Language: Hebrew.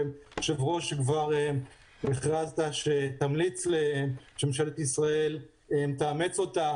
היושב-ראש שכבר הכרזת שתמליץ לממשלת ישראל לאמץ את התוכנית.